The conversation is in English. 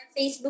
Facebook